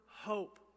hope